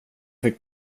fick